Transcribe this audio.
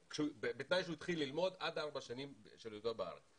בתנאי שהוא התחיל ללמוד עד ארבע שנים של היותו בארץ.